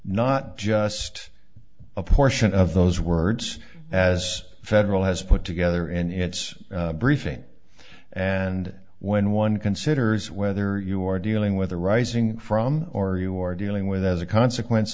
not just a portion of those words as federal has put together and it's briefing and when one considers whether you are dealing with a rising from or you are dealing with as a consequence